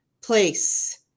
place